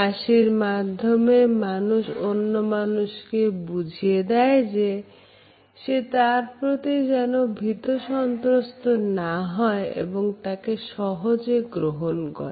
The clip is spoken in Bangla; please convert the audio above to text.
হাসির মাধ্যমে মানুষ অন্য মানুষকে বুঝিয়ে দেয় যে সে তার প্রতি যেন ভীতসন্ত্রস্ত না হয় এবং তাকে সহজে গ্রহণ করে